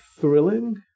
thrilling